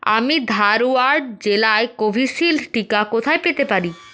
আমি ধারওয়াড় জেলায় কোভিশিল্ড টিকা কোথায় পেতে পারি